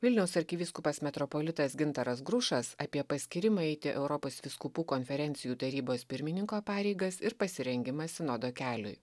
vilniaus arkivyskupas metropolitas gintaras grušas apie paskyrimą eiti europos vyskupų konferencijų tarybos pirmininko pareigas ir pasirengimą sinodo keliui